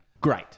Great